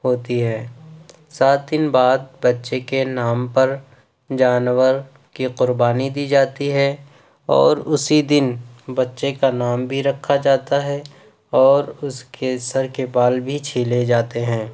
ہوتی ہے سات دن بعد بچّے کے نام پر جانور کی قربانی دی جاتی ہے اور اسی دن بچّے کا نام بھی رکھا جاتا ہے اور اس کے سر کے بال بھی چھیلے جاتے ہیں